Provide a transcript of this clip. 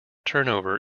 turnover